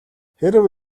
хэрэв